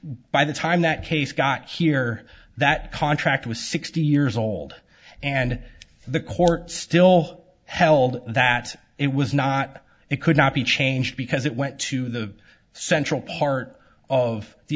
by the time that case got here that contract was sixty years old and the court still held that it was not it could not be changed because it went to the central part of the